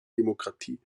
demokratie